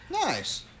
Nice